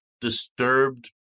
disturbed